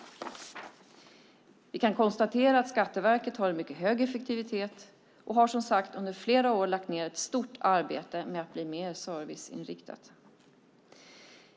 Vi kan konstatera att Skatteverket har en mycket hög effektivitet, och de har som sagt under flera år lagt ned ett stort arbete på att bli mer serviceinriktade.